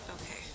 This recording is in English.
Okay